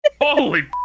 Holy